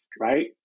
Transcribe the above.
right